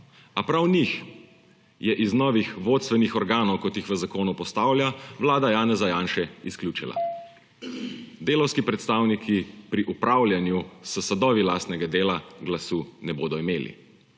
A prav njih je iz novih vodstvenih organov, kot jih v zakonu postavlja, vlada Janeza Janše izključila. Delavski predstavniki pri upravljanju s sadovi lastnega dela glasu ne bodo imeli.